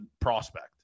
prospect